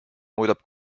muudab